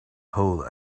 hole